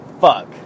Fuck